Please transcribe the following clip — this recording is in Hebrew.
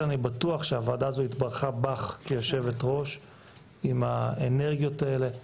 אני בטוח שהוועדה הזו התברכה בך כיושבת ראש עם האנרגיות האלה,